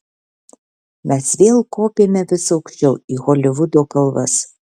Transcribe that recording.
mes kopėme vis aukščiau į holivudo kalvas